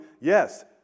Yes